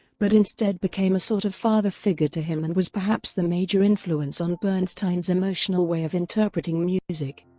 but instead became a sort of father figure to him and was perhaps the major influence on bernstein's emotional way of interpreting music.